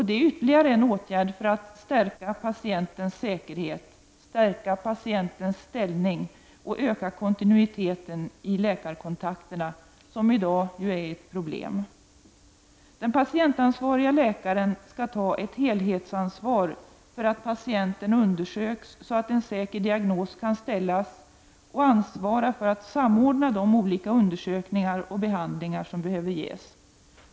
Det är ytterligare en åtgärd för att förstärka patientens ställning och kontinuiteten i läkarkontakterna som ju i dag är ett problem. Den patientansvarige läkaren skall ta ett helhetsansvar för att patienten undersöks så att en säker diagnos kan ställas och ansvara för att samordna de olika undersökningar och behandlingar som behöver ges.